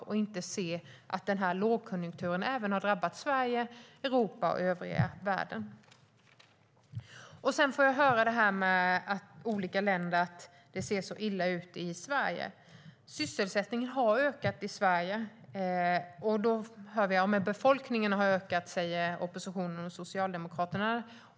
De ser inte att lågkonjunkturen har drabbat Sverige, Europa och övriga världen. Sedan har jag fått höra det här med olika länder och att det ser så illa ut i Sverige. Men sysselsättningen har ökat här. Ja, men befolkningen har ökat, säger oppositionen och Socialdemokraterna.